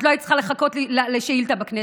את לא היית צריכה לחכות לשאילתה בכנסת.